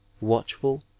watchful